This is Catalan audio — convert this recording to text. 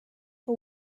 que